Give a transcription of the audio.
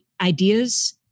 ideas